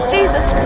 Jesus